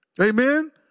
Amen